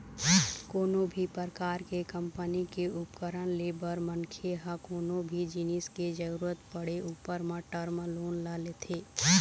कोनो भी परकार के कंपनी के उपकरन ले बर मनखे ह कोनो भी जिनिस के जरुरत पड़े ऊपर म टर्म लोन ल लेथे